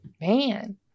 Man